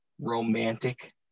romantic